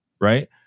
Right